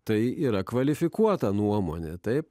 tai yra kvalifikuota nuomonė taip